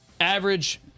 average